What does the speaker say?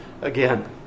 again